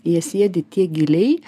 jie sėdi tiek giliai